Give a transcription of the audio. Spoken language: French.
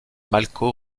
malko